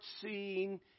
seeing